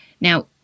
Now